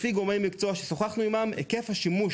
לפי גורמים מקצוע שדיברנו עימם היקף השימוש